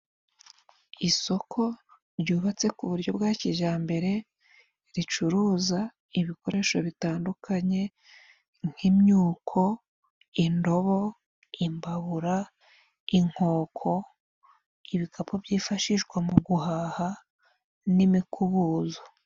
Isoko ryubatse ku buryo bwa kijambere ricuruza ibikoresho bitandukanye nk'imyuko, indobo, imbabura, inkoko, ibikapu byifashishwa mu guhaha, n'imikubuzo.